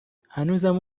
هنوزم